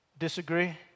Disagree